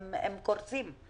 הם קורסים.